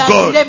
God